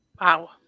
Wow